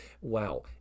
wow